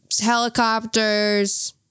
helicopters